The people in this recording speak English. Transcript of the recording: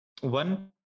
one